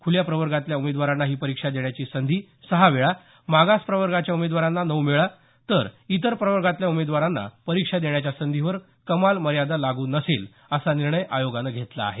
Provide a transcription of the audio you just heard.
खुल्या प्रवर्गातल्या उमेदवारांना ही परीक्षा देण्याची संधी सहा वेळा मागास प्रवर्गाच्या उमेदवारांना नऊ वेळा तर इतर प्रवर्गातल्या उमेदवारांना परीक्षा देण्याच्या संधीवर कमाल मर्यादा लागू नसेल असा निर्णय आयोगानं घेतला आहे